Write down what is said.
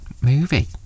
movie